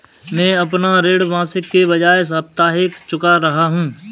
मैं अपना ऋण मासिक के बजाय साप्ताहिक चुका रहा हूँ